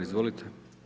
Izvolite.